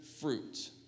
fruit